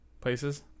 places